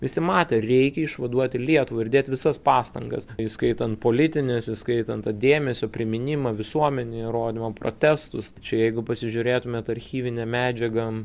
visi matė reikia išvaduoti lietuvą ir dėt visas pastangas įskaitant politines įskaitant tą dėmesio priminimą visuomenėje rodymą protestus čia jeigu pasižiūrėtumėt archyvinę medžiagą